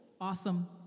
Awesome